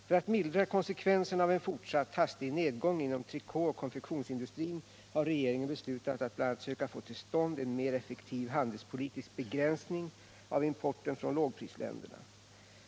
För att mildra konsekvenserna av en fortsatt, hastig nedgång inom trikåoch konfektionsindustrin har regeringen beslutat att bl.a. söka få till stånd en mer effektiv handelspolitisk begränsning av importen från lågprisländerna.